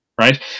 right